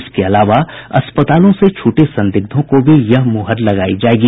इसके अलावा अस्पतालों से छूटे संदिग्धों को भी यह मुहर लगायी जायेगी